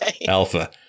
alpha